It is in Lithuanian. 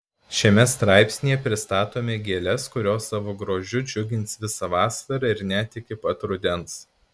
šiame straipsnyje pristatome gėles kurios savo grožiu džiugins visą vasarą ir net iki pat rudens